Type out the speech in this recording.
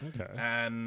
Okay